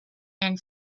and